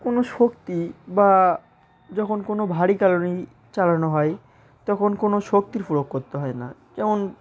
কোনো শক্তি বা যখন কোনো ভারী চালানো হয় তখন কোনো শক্তির প্রয়োগ করতে হয় না যেমন